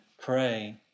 pray